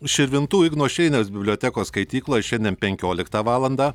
širvintų igno šeiniaus bibliotekos skaitykloje šiandien penkioliktą valandą